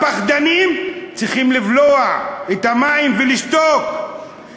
הפחדנים צריכים לבלוע את המים ולשתוק,